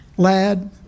Lad